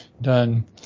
done